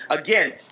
again